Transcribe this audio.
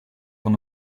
van